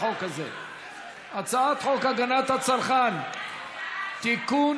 הצעת חוק הגנת הצרכן (תיקון,